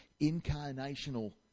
incarnational